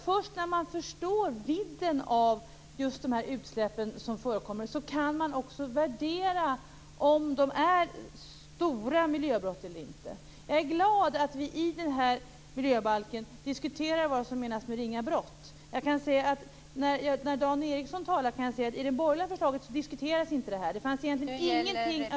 Först när man förstår vidden av de utsläpp som förekommer kan man också värdera om det är fråga om stora miljöbrott eller inte. Jag är glad över att vi i miljöbalken diskuterar vad som menas med ringa brott. Med anledning av det som Dan Ericsson säger kan jag säga att det här inte diskuteras i det borgerliga förslaget.